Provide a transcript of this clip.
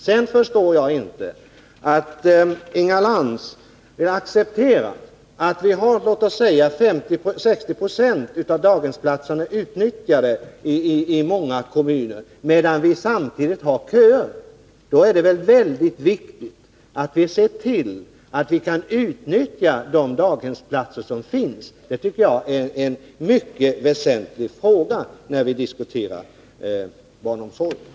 Jag förstår inte att Inga Lantz accepterar att bara 50-60 26 av daghemsplatserna utnyttjas i många kommuner, samtidigt som vi har köer. Då är det väl mycket viktigt att se till att vi kan utnyttja de daghemsplatser som finns! Det tycker jag är en väsentlig fråga när vi diskuterar barnomsorgen.